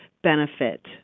benefit